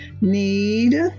Need